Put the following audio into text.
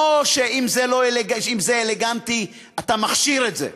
לא שאם זה אלגנטי אתה מכשיר את זה,